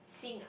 Xing ah